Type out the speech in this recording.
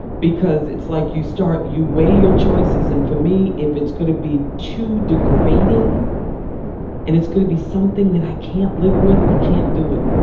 because it's like you start, you weigh your choices and for me if it's going to be too degrading and it's going to be something that i can't live with, i can't do it.